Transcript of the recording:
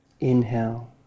Inhale